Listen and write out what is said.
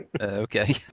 Okay